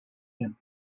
him